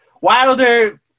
Wilder